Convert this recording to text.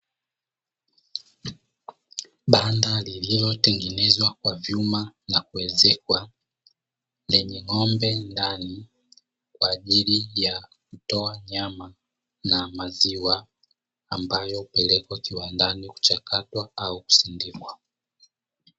Banda lililotengenezwa kwa vyuma na kuezekwa lenye ng'ombe ndani kwa ajili ya kutoa nyama na maziwa, ambayo hupelekwa viwandani kuchakatwa au kusindikwa.